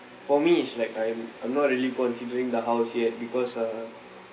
for me it's like I'm I'm not really considering the house yet because uh